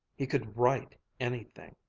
he could write anything.